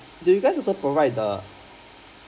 did you guys also provide the